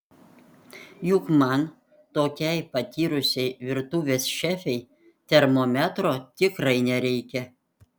juk man tokiai patyrusiai virtuvės šefei termometro tikrai nereikia